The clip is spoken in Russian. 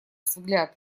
взгляд